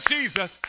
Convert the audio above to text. Jesus